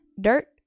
Dirt